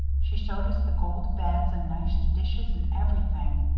she showed us the gold beds and nice dishes and everything.